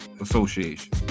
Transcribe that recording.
Association